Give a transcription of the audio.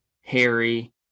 Harry